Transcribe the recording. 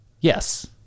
Yes